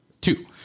two